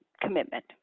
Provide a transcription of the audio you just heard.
commitment